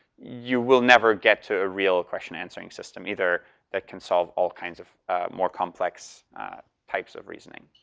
you will never get to a real question answering system either that can solve all kinds of more complex types of reasoning.